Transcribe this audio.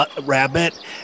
rabbit